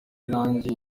irangiye